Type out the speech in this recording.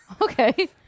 okay